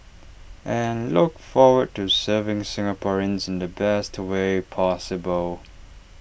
and look forward to serving Singaporeans in the best way possible